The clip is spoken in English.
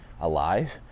alive